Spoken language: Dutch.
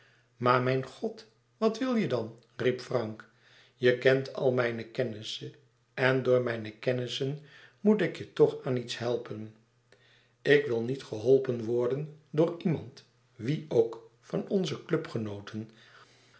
maar mijn god wat wil je dan riep frank je kent al mijne kennissen en door mijne kennissen moet ik je toch aan iets helpen ik wil niet geholpen worden door iemand wie ook van onze